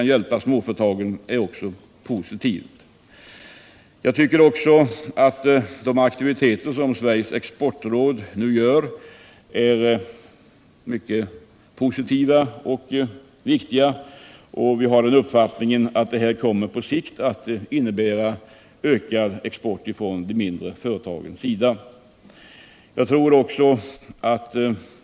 Jag tycker också att Sveriges exportråds aktiviteter är en mycket positiv Nr 56 och viktig sak, och jag har den uppfattningen att alla de åtgärder som Lördagen den jag nämnt på sikt kommer att innebära ökad export från de mindre fö 17 december 1977 retagen.